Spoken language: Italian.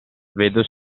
vedo